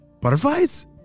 butterflies